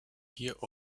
hier